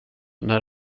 när